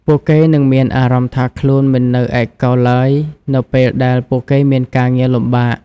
ពួកគេនឹងមានអារម្មណ៍ថាខ្លួនមិននៅឯកោឡើយនៅពេលដែលពួកគេមានការងារលំបាក។